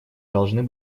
должны